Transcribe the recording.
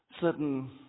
certain